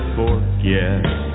forget